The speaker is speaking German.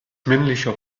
männlicher